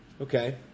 Okay